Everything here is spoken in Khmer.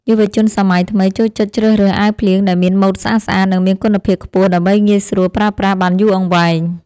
យុវជនសម័យថ្មីចូលចិត្តជ្រើសរើសអាវភ្លៀងដែលមានម៉ូតស្អាតៗនិងមានគុណភាពខ្ពស់ដើម្បីងាយស្រួលប្រើប្រាស់បានយូរអង្វែង។